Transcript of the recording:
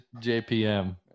JPM